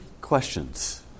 questions